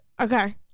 Okay